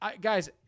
Guys